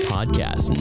Podcast